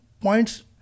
points